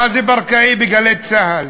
רזי ברקאי ב"גלי צה"ל".